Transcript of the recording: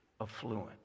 affluent